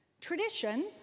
Tradition